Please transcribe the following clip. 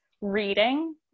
reading